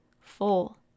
full